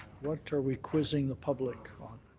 what are we quizzing the public on?